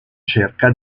cerca